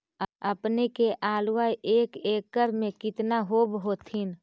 अपने के आलुआ एक एकड़ मे कितना होब होत्थिन?